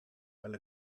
while